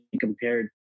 compared